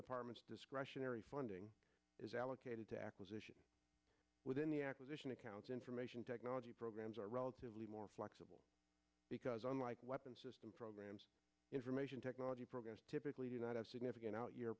department discretionary funding is allocated to acquisitions within the acquisition accounts information technology programs are relatively more flexible because unlike weapons programs information technology programs typically do not have significant out y